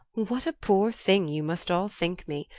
what a poor thing you must all think me!